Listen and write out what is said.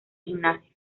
gimnasia